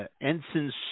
Ensign